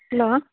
hello